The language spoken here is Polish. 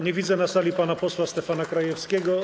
Nie widzę na sali pana posła Stefana Krajewskiego.